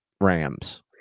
Rams